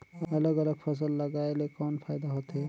अलग अलग फसल लगाय ले कौन फायदा होथे?